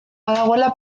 badagoela